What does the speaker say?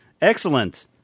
Excellent